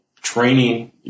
training